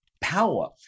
power